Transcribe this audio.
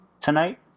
tonight